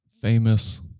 famous